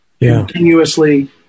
continuously